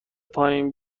پایین